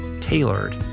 tailored